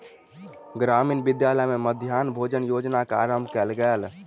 ग्रामीण विद्यालय में मध्याह्न भोजन योजना के आरम्भ कयल गेल